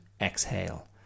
exhale